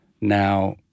now